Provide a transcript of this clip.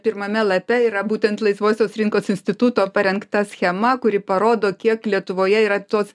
pirmame lape yra būtent laisvosios rinkos instituto parengta schema kuri parodo kiek lietuvoje yra tos